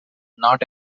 not